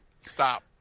Stop